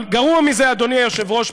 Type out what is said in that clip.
אבל גרוע מזה, אדוני היושב-ראש.